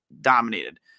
dominated